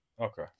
Okay